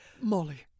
Molly